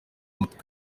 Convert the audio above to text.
umutwe